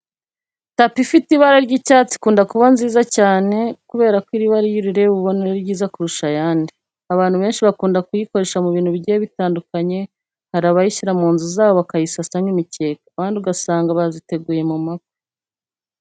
Tapi ifite ibara ry'icyatsi ikunda kuba nziza cyane kubera ko iri bara iyo urireba uba ubona ari ryiza kurusha ayandi. Abantu benshi bakunda kuyikoresha mu bintu bigiye bitandukanye, hari abayishyira mu nzu zabo bakayisasa nk'imikeka, abandi ugasanga baziteguye mu makwe.